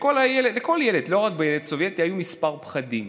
לכל ילד, לא רק ילד סובייטי, היו כמה פחדים.